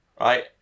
right